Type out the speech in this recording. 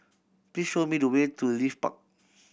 please show me the way to Leith Park